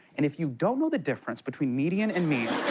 and if you don't know the difference between median and mean,